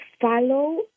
follow